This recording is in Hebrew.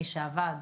מי שאבד